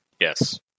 Yes